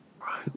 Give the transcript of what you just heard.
Right